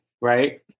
right